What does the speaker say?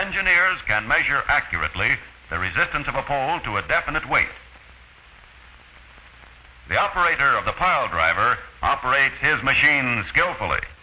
engineers can measure accurately the resistance of a phone to a definite weight the operator of the pile driver operates his machine skillfully